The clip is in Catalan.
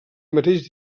mateix